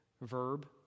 verb